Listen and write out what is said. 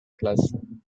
classroom